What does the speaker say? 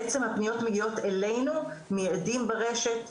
בעצם הפניות מגיעות אלינו מיעדים ברשת,